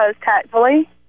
tactfully